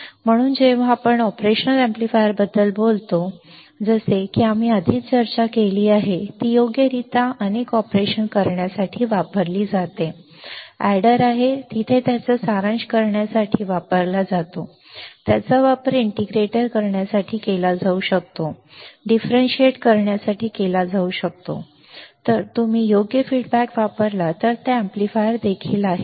म्हणून जेव्हा आपण ऑपरेशनल अॅम्प्लीफायरबद्दल बोलतो जसे की आम्ही आधी चर्चा केली आहे ती योग्यरित्या अनेक ऑपरेशन्स करण्यासाठी वापरली जाते समर आहे तिथे त्याचा सारांश करण्यासाठी वापरला जातो त्याचा वापर इंटिग्रेटर करण्यासाठी केला जाऊ शकतो त्याचा वापर डिफरेंटीएटर करण्यासाठी केला जाऊ शकतो योग्य आहे जर तुम्ही योग्य अभिप्राय वापरला तर ते एम्पलीफायर देखील आहे